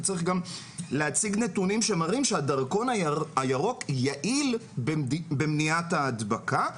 וצריך גם להציג נתונים שמראים שהדרכון הירוק יעיל במניעת ההדבקה,